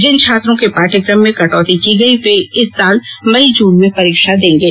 जिन छात्रों के पाठ्यक्रम में कटौती की गई वे इस साल मई जून में परीक्षा देंगे